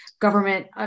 government